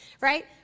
Right